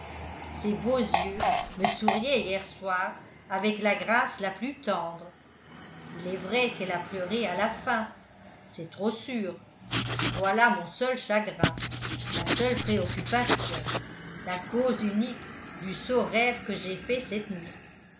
ses beaux yeux me souriaient hier soir avec la grâce la plus tendre il est vrai qu'elle a pleuré à la fin c'est trop sûr voilà mon seul chagrin ma seule préoccupation la cause unique du sot rêve que j'ai fait cette nuit